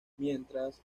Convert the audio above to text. mientras